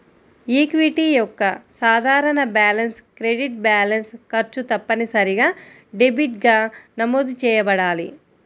equity యొక్క సాధారణ balance credit balance, ఖర్చు తప్పనిసరిగా డెబిట్గా నమోదు చేయబడాలి